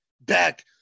back